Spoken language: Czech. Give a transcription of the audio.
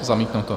Zamítnuto.